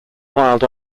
wild